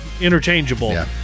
interchangeable